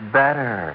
better